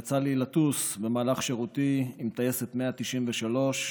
יצא לי לטוס במהלך שירותי עם טייסת 193,